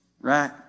Right